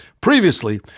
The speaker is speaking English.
Previously